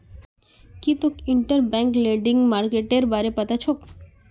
की तोक interbank lending मार्केटेर बारे पता छोक